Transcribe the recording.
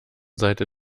seite